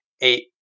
eight